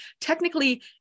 technically